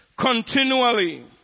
continually